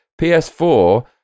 ps4